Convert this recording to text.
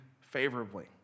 favorably